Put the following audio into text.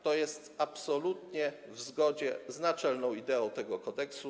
To jest absolutnie w zgodzie z naczelną ideą tego kodeksu.